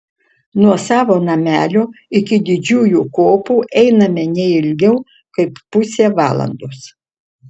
nuo savo namelio iki didžiųjų kopų einame ne ilgiau kaip pusę valandos